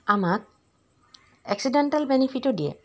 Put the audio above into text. আমাক এক্সিডেণ্টেল বেনিফিটো দিয়ে